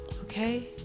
Okay